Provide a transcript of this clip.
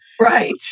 Right